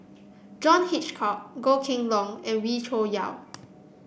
John Hitchcock Goh Kheng Long and Wee Cho Yaw